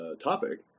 topic